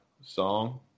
song